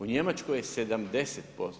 U Njemačkoj je 70%